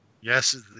Yes